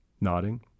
Nodding